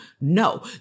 No